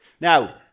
Now